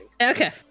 okay